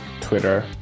twitter